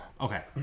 Okay